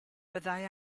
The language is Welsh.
byddai